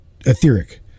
etheric